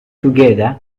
together